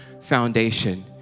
foundation